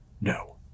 No